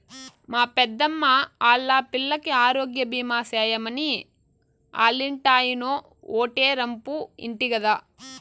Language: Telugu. మా పెద్దమ్మా ఆల్లా పిల్లికి ఆరోగ్యబీమా సేయమని ఆల్లింటాయినో ఓటే రంపు ఇంటి గదా